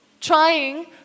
trying